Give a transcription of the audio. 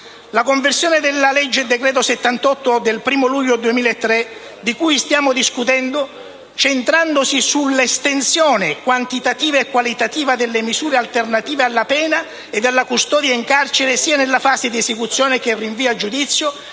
La conversione in legge del decreto n. 78 del 1° luglio 2013 di cui stiamo discutendo, centrandosi sull'estensione (quantitativa e qualitativa) delle misure alternative alla pena e alla custodia in carcere, sia nella fase di esecuzione che di rinvio a giudizio,